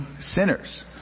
sinners